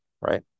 right